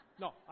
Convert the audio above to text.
No